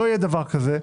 לא יהיה דבר כזה.